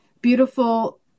beautiful